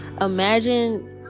imagine